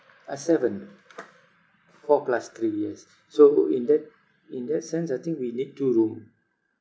uh seven four plus three yes so in that in that sense I think we need two room